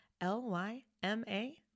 L-Y-M-A